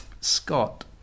Scott